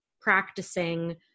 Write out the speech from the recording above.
practicing